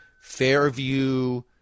Fairview